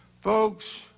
Folks